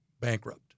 bankrupt